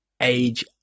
age